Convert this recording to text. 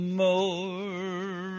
more